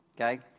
okay